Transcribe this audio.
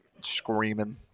screaming